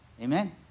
amen